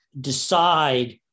decide